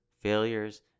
failures